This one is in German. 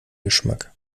geschmack